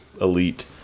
elite